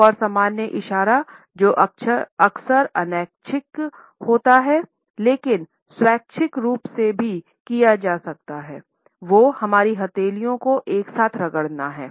एक और सामान्य इशारा जो अक्सर अनैच्छिक होता है लेकिन स्वैच्छिक रूप से भी किया जा सकता है वो हमारी हथेलियों को एक साथ रगड़ना है